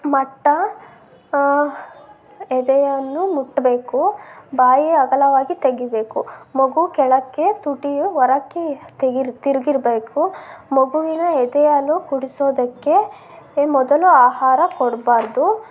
ಮಟ್ಟ ಎದೆಯನ್ನು ಮುಟ್ಟಬೇಕು ಬಾಯಿ ಅಗಲವಾಗಿ ತೆಗೀಬೇಕು ಮಗು ಕೆಳಕ್ಕೆ ತುಟಿಯು ಹೊರಕ್ಕೆ ತೆಗಿ ತಿರುಗಿರ್ಬೇಕು ಮಗುವಿನ ಎದೆಹಾಲು ಕುಡಿಸೋದಕ್ಕೆ ಯೇ ಮೊದಲು ಆಹಾರ ಕೊಡಬಾರ್ದು